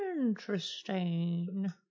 Interesting